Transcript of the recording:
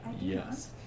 Yes